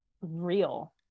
real